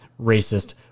racist